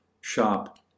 shop